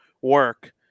work